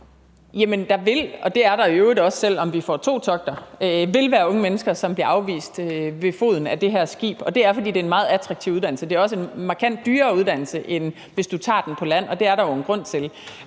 Jamen der vil, og det vil der i øvrigt også være, selv om vi får to togter, være unge mennesker, som bliver afvist ved foden af det her skib. Og det er, fordi det er en meget attraktiv uddannelse. Det er også en markant dyrere uddannelse, end hvis man tager den på land. Og det er der jo en grund til.